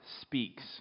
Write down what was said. speaks